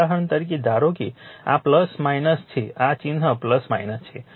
ઉદાહરણ તરીકે ધારો કે આ છે આ ચિહ્ન છે